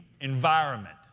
environment